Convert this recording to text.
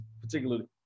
particularly